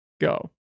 go